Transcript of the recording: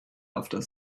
after